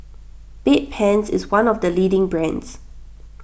Bedpans is one of the leading brands